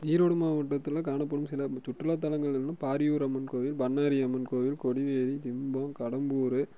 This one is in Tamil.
ஈரோடு மாவட்டத்தில் காணப்படும் சில சுற்றுலாதலங்கள் ஒன்று பாரியூர் அம்மன் கோயில் பண்ணாரி அம்மன் கோயில் கொடிவேரி இன்பம் கடம்பூர்